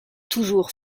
toujours